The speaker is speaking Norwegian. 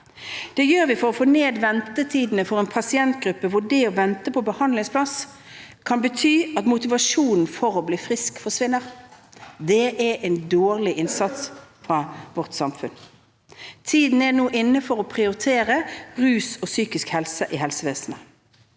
Det gjør vi for å få ned ventetidene for en pasientgruppe, fordi det å vente på behandlingsplass kan bety at motivasjonen for å bli frisk forsvinner. Det er en dårlig innsats fra vårt samfunn. Tiden er nå inne for å prioritere rus og psykisk helse i helsevesenet.